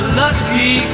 lucky